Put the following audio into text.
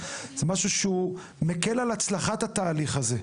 זה משהו שהוא מקל על הצלחת התהליך הזה.